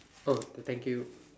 oh thank you